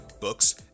books